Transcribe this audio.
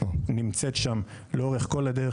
היא נמצאת שם לאורך כל הדרך,